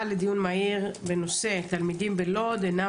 הנושא: הצעה לדיון מהיר בנושא: "תלמידים בלוד אינם